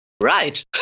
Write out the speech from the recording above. right